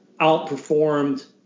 outperformed